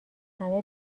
همه